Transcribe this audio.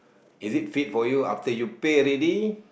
is it fit for you after you pay already